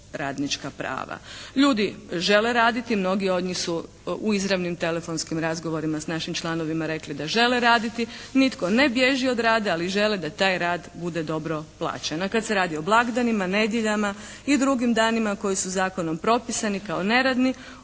radnička prava. Ljudi žele raditi, mnogi od njih su u izravnim telefonskim razgovorima s našim članovima rekli da žele raditi. Nitko ne bježi od rada ali žele da taj rad bude dobro plaćen. A kad se radi o blagdanima, nedjeljama i drugim danima koji su zakonom propisani kao neradni